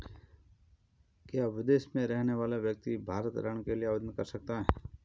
क्या विदेश में रहने वाला व्यक्ति भारत में ऋण के लिए आवेदन कर सकता है?